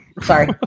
Sorry